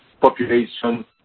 population